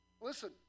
Listen